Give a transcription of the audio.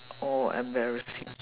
oh embarrassing